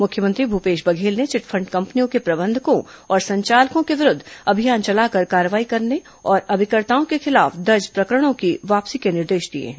मुख्यमंत्री भूपेश बघेल ने चिटफंड कंपनियों के प्रबंधकों और संचालकों के विरूद्ध अभियान चलाकर कार्रवाई करने और अभिकर्ताओं के खिलाफ दर्ज प्रकरणों की वापसी के निर्देश दिए हैं